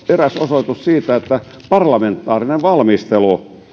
osoitus siitä että parlamentaarinen valmistelu